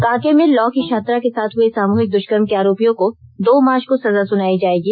कांके में लॉ की छात्रा के साथ हुए सामूहिक दुष्कर्म के आरोपियों को दो मार्च को सजा सुनायी जाएगी